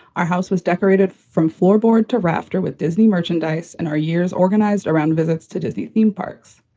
our house was decorated from floorboard to rafter with disney merchandise and our years organized around visits to disney theme parks.